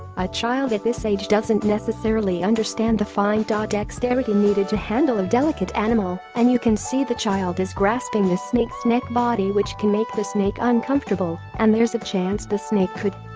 a child at this age doesn't necessarily understand the fine ah dexterity needed to handle a delicate animal, and you can see the child is grasping the snake's neck body which can make the snake uncomfortable and there's a chance the snake could